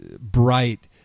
bright